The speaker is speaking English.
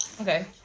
Okay